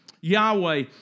Yahweh